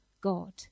God